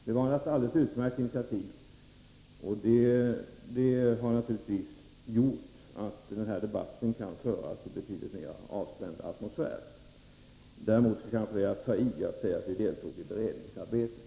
Det var ett utmärkt initiativ, och det har naturligtvis gjort att den här debatten kan föras ien betydligt mer avspänd atmosfär. Däremot är det kanske att ”ta i” att säga att vi deltog i beredningsarbetet.